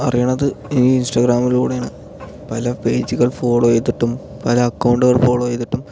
അറിയണത് ഈ ഇൻസ്റ്റഗ്രാമിലൂടെയാണ് പല പേജുകൾ ഫോളോ ചെയ്തിട്ടും പല അകൗണ്ടുകൾ ഫോളോ ചെയ്തിട്ടും